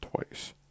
twice